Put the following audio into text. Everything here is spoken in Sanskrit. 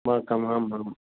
बा कम् आम् आम्